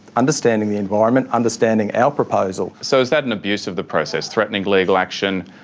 understanding the environment, understanding our proposal. so is that an abuse of the process, threatening legal action,